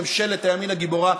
ממשלת הימין הגיבורה.